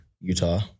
Utah